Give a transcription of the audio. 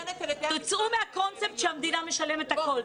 צאו מהקונספט שהממשלה משלמת הכול.